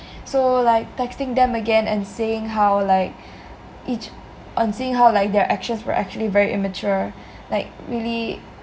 so like texting them again and saying how like each on seeing how like their actions were actually very immature like really